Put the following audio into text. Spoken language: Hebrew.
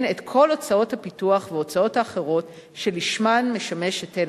את כל הוצאות הפיתוח וההוצאות האחרות שלשמן משמש היטל